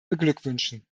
beglückwünschen